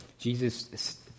Jesus